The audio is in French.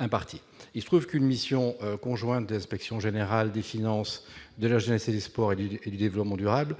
impartis. Il se trouve qu'une mission conjointe de l'Inspection générale des finances, de la jeunesse et des sports et du développement durable